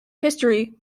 history